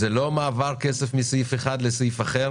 זה לא מעבר כסף מסעיף אחד לאחר.